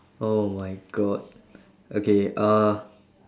oh my god okay uh